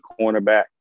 cornerback